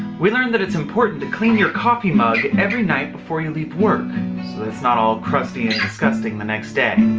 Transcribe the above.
we learned that it's important to clean your coffee mug every night before you leave work so it's not all crusty and disgusting the next day.